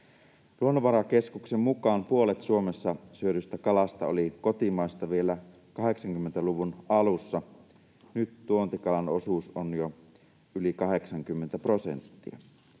Luonnonvarakeskuksen mukaan puolet Suomessa syödystä kalasta oli kotimaista vielä 80-luvun alussa. Nyt tuontikalan osuus on jo yli 80 prosenttia.